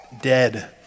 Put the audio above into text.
dead